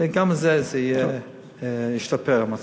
וגם בזה ישתפר המצב.